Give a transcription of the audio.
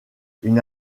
une